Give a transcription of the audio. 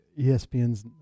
ESPN's